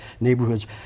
neighborhoods